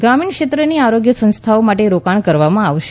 ગ્રામીણ ક્ષેત્રની આરોગ્ય સંસ્થાઓ માટે રોકાણ કરવામાં આવશે